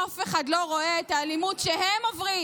אף אחד לא רואה את האלימות שהם עוברים.